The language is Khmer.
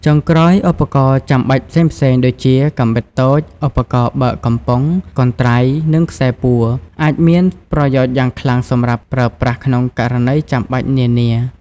ចុងក្រោយ ឧបករណ៍ចាំបាច់ផ្សេងៗ ដូចជា កាំបិតតូច ឧបករណ៍បើកកំប៉ុង កន្ត្រៃ និងខ្សែពួរ អាចមានប្រយោជន៍យ៉ាងខ្លាំងសម្រាប់ប្រើប្រាស់ក្នុងករណីចាំបាច់នានា។